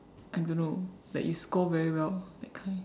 I don't know that you score very well that kind